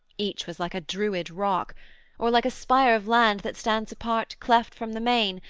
each was like a druid rock or like a spire of land that stands apart cleft from the main,